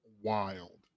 Wild